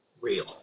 real